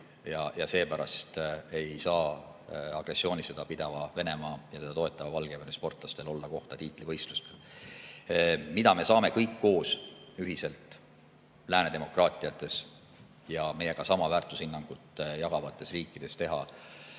ja seepärast ei saa agressioonisõda pidava Venemaa ja teda toetava Valgevene sportlastel olla kohta tiitlivõistlustel. Mida me saame kõik koos ühiselt lääne demokraatiates ja meiega sama väärtushinnangut jagavates riikides teha,